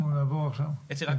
שאלה